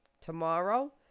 Tomorrow